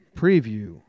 preview